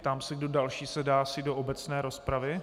Ptám se, kdo další se hlásí do obecné rozpravy.